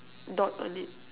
dot on it